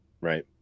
Right